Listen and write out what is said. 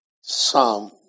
Psalm